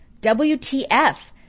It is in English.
wtf